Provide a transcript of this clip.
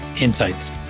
insights